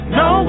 no